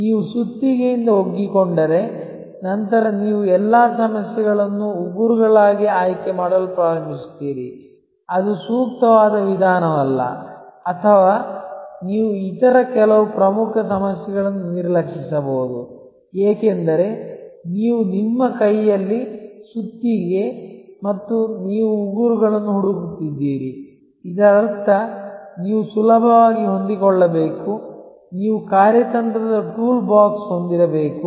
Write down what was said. ನೀವು ಸುತ್ತಿಗೆಯಿಂದ ಒಗ್ಗಿಕೊಂಡರೆ ನಂತರ ನೀವು ಎಲ್ಲಾ ಸಮಸ್ಯೆಗಳನ್ನು ಉಗುರುಗಳಾಗಿ ಆಯ್ಕೆ ಮಾಡಲು ಪ್ರಾರಂಭಿಸುತ್ತೀರಿ ಅದು ಸೂಕ್ತವಾದ ವಿಧಾನವಲ್ಲ ಅಥವಾ ನೀವು ಇತರ ಕೆಲವು ಪ್ರಮುಖ ಸಮಸ್ಯೆಗಳನ್ನು ನಿರ್ಲಕ್ಷಿಸಬಹುದು ಏಕೆಂದರೆ ನೀವು ನಿಮ್ಮ ಕೈಯಲ್ಲಿ ಸುತ್ತಿಗೆ ಮತ್ತು ನೀವು ಉಗುರುಗಳನ್ನು ಹುಡುಕುತ್ತಿದ್ದೀರಿ ಇದರರ್ಥ ನೀವು ಸುಲಭವಾಗಿ ಹೊಂದಿಕೊಳ್ಳಬೇಕು ನೀವು ಕಾರ್ಯತಂತ್ರದ ಟೂಲ್ಬಾಕ್ಸ್ ಹೊಂದಿರಬೇಕು